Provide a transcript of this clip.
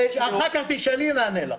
--- אחר כך תשאלי, נענה לך.